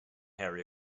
harry